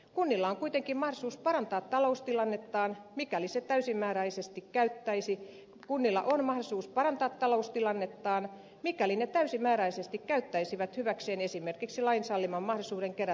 kohila on kuitenkin maisuus parantaa taloustilannettaan mikäliset täysimääräisesti käyttäisi kunnilla on mahdollisuus parantaa taloustilannettaan mikäli ne täysimääräisesti käyttäisivät hyväkseen esimerkiksi lain salliman mahdollisuuden kerätä kiinteistöveroa